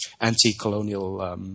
anti-colonial